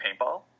paintball